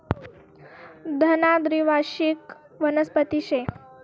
धना द्वीवार्षिक वनस्पती शे